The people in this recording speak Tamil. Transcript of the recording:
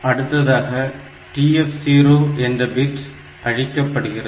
அடுத்ததாக TF0 என்ற பிட் அழிக்கப்படுகிறது